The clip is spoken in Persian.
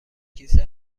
کیسه